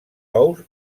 ous